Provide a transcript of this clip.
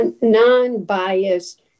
non-biased